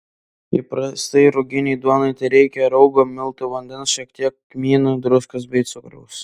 įprastai ruginei duonai tereikia raugo miltų vandens šiek tiek kmynų druskos bei cukraus